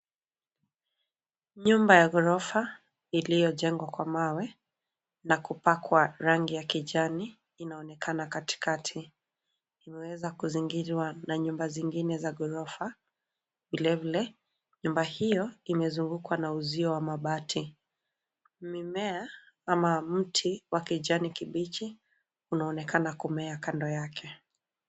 Nyumba ya ghorofa iliyojengwa kwa mawe na kupakwa rangi ya kijani inaonekana katikati. Imeweza kuzingirwa na nyumba zingine za ghorofa. Vilevile nyumba hio imezungukwa na uzio wa mabati. Mimea ama mti wa kijani kibichi unaonekana kumea kando yake.